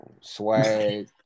swag